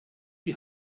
die